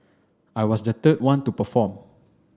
I was the third one to perform